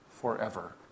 forever